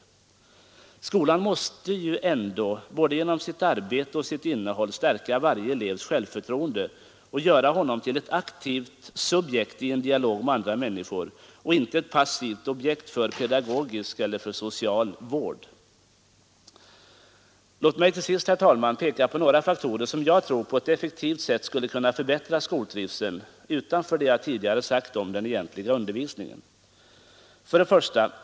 Skolan måste genom både sitt arbete och sitt innehåll stärka varje elevs självförtroende och göra honom till ett aktivt subjekt i en dialog med andra människor och inte till ett passivt objekt för pedagogisk eller social vård. Låt mig till sist, herr talman, peka på några faktorer som jag tror på ett effektivt sätt skulle kunna förbättra skoltrivseln, utöver vad jag tidigare sagt om den egentliga undervisningen. 1.